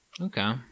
Okay